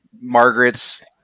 Margaret's